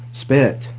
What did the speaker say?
spit